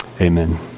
Amen